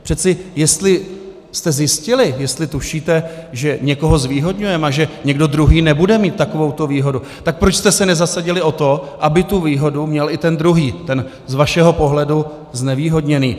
Přece jestli jste zjistili, jestli tušíte, že někoho zvýhodňujeme a že někdo druhý nebude mít takovou výhodu, tak proč jste se nezasadili o to, aby tu výhodu měl i ten druhý, ten z vašeho pohledu znevýhodněný?